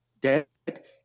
debt